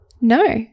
No